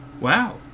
Wow